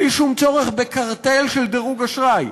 בלי שום צורך בקרטל של דירוג אשראי.